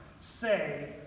say